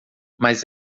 mas